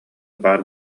баар